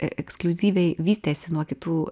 ekskliuzyviai vystėsi nuo kitų